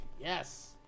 yes